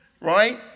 Right